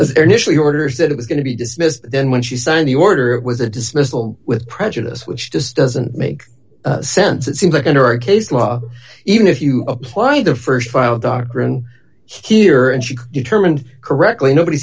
she initially orders that it was going to be dismissed then when she signed the order it was a dismissal with prejudice which just doesn't make sense it seems like in our case law even if you apply the st file doctrine here and she determined correctly nobody